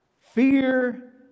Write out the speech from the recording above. Fear